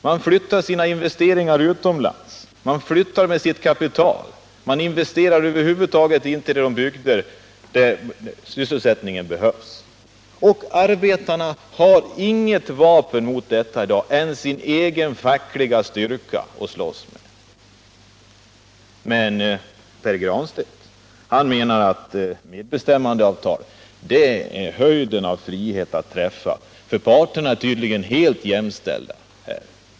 Man flyttar sina investeringar utomlands, man flyttar med sitt kapital, man investerar över huvud taget inte "i de bygder där sysselsättningen behövs. Arbetarna har i dag inget annat vapen mot detta än sin egen fackliga styrka. Pär Granstedt menar att medbestämmandeavtal är höjden av frihet, för parterna är tydligen helt jämställda.